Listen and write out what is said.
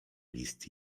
list